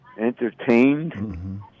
entertained